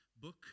book